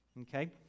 Okay